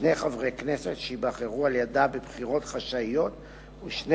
שני חברי כנסת שייבחרו על-ידה בבחירות חשאיות ושני